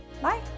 Bye